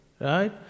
right